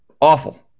Awful